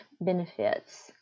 benefits